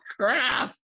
Crap